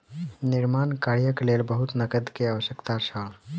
निर्माण कार्यक लेल बहुत नकद के आवश्यकता छल